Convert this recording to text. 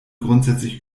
grundsätzlich